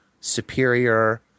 superior